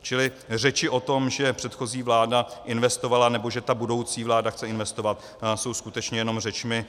Čili řeči o tom, že předchozí vláda investovala nebo že ta budoucí vláda chce investovat, jsou skutečně jenom řečmi.